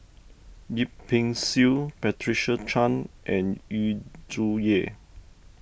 Yip Pin Xiu Patricia Chan and Yu Zhuye